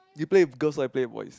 you play because I play voice